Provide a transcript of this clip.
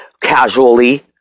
casually